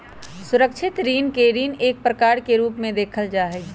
सुरक्षित ऋण के ऋण के एक प्रकार के रूप में देखल जा हई